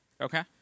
Okay